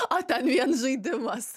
o ten vien žaidimas